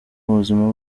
buzima